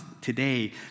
today